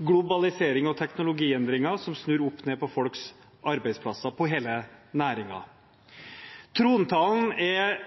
globalisering og teknologiendringer som snur opp ned på folks arbeidsplasser og på hele næringer. Trontalen er